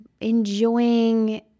enjoying